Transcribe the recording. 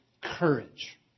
courage